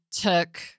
took